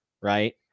right